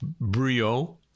brio